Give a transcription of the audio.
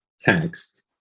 text